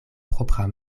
propra